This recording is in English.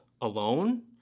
alone